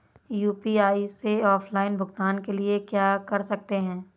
UPI से offline भुगतान के लिए क्या कर सकते हैं?